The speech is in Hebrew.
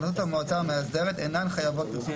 אני מקריא: תקנות המועצה המאסדרת אינן חייבות פרסום